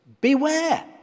beware